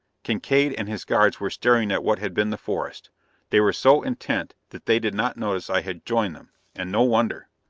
kincaide and his guards were staring at what had been the forest they were so intent that they did not notice i had joined them and no wonder!